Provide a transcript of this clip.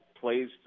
plays